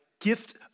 gift